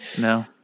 No